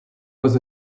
was